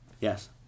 Yes